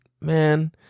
man